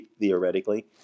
theoretically